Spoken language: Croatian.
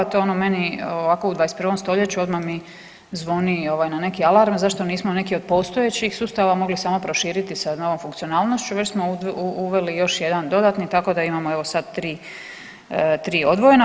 To je ono meni u 21. stoljeću odmah mi zvoni na neki alarm, zašto nismo neki od postojećih sustava mogli samo proširiti sa novom funkcionalnošću već smo uveli još jedan dodatni tako da imamo sad tri odvojena.